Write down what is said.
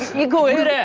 you go? wait.